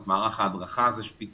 את מערך ההדרכה הזה שפיתחנו,